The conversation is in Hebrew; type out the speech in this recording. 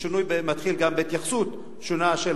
ושינוי מתחיל גם בהתייחסות שונה של